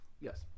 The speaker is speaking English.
Yes